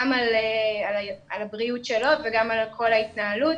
גם על הבריאות שלו וגם על כל ההתנהלות.